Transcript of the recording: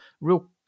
real